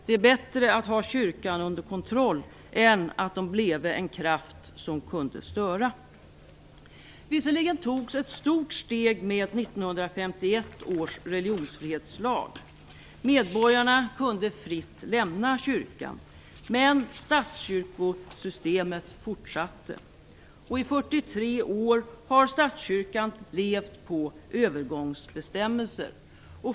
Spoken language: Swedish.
Det är bättre att ha kyrkan under kontroll än att den bleve en kraft som kunde störa. Visserligen togs ett stort steg med 1951 års religionsfrihetslag. Medborgarna kunde fritt lämna kyrkan. Men statskyrkosystemet fortsatte. I 43 år har statskyrkan levt på övergångsbestämmelser.